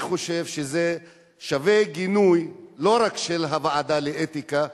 אני חושב שזה שווה גינוי לא רק של ועדת האתיקה,